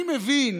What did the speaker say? אני מבין